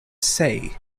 say